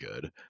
good